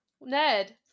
Ned